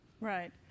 Right